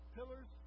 Pillars